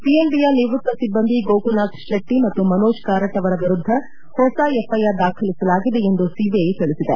ಪಿಎನ್ಬಿಯ ನಿವೃತ್ತ ಸಿಬ್ಬಂದಿ ಗೋಕುಲ್ನಾಥ್ ಶೆಟ್ಟ ಮತ್ತು ಮನೋಜ್ ಕಾರಟ್ ಅವರ ವಿರುದ್ದ ಹೊಸ ಎಫ್ಐಆರ್ ದಾಖಲಿಸಲಾಗಿದೆ ಎಂದು ಸಿಬಿಐ ತಿಳಿಸಿದೆ